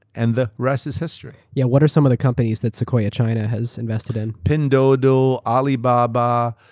and the rest is history. yeah what are some other companies that sequoia china has invested in? pinduoduo, alibaba,